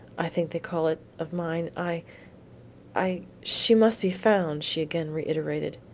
i think they call it, of mine i i she must be found, she again reiterated.